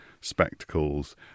spectacles